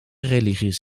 religies